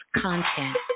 content